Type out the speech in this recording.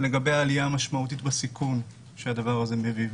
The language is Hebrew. לגבי העלייה המשמעותית בסיכון שהדבר הזה מביא,